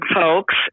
folks